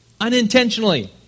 unintentionally